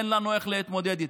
אין לנו איך להתמודד איתן,